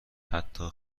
حتی